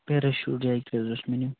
parachute jacket حظ اوس مےٚ نیُن